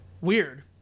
Weird